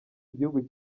igihugu